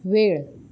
वेळ